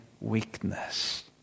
weakness